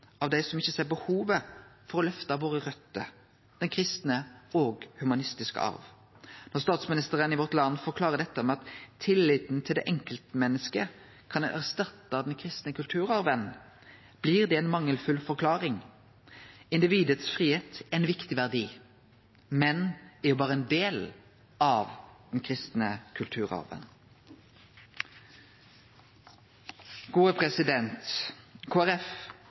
av dei som ikkje ser behovet for å løfte våre røter, den kristne og humanistiske arven. Når statsministeren i Vårt Land forklarer dette med at tilliten til enkeltmennesket kan erstatte den kristne kulturarven, blir det ei mangelfull forklaring. Fridomen til individet er ein viktig verdi, men er jo berre ein del av den kristne